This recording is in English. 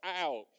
out